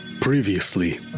previously